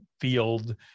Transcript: field